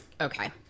Okay